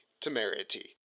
Temerity